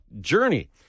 journey